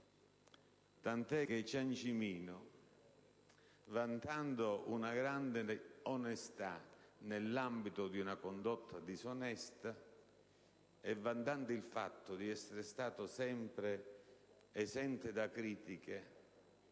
Tant'è che Ciancimino, vantando una grande onestà nell'ambito di una condotta disonestà e vantando altresì il fatto di essere stato sempre esente da critiche